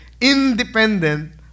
Independent